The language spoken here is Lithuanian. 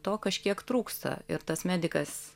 to kažkiek trūksta ir tas medikas